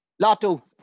Lotto